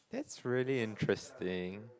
that's really interesting